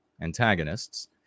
antagonists